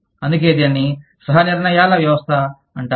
అందుకే దీనిని సహ నిర్ణయాల వ్యవస్థ అంటారు